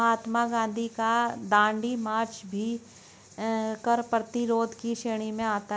महात्मा गांधी का दांडी मार्च भी कर प्रतिरोध की श्रेणी में आता है